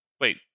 Wait